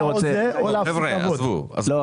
אני